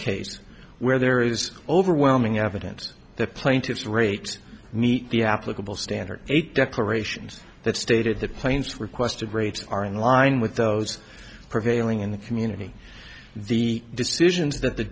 case where there is overwhelming evidence the plaintiff's rates meet the applicable standard eight declarations that stated the planes were questioned rates are in line with those prevailing in the community the decisions that the